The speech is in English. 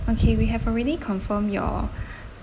okay we have already confirmed your